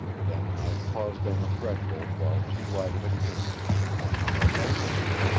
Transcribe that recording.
then i paused on the threshold while she lighted a candle and as i entered,